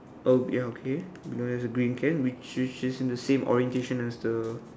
oh ya okay below there's a green can which which is in the same orientation as the